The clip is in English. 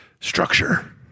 structure